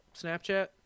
Snapchat